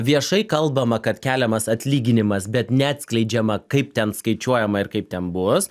viešai kalbama kad keliamas atlyginimas bet neatskleidžiama kaip ten skaičiuojama ir kaip ten bus